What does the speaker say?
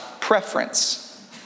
preference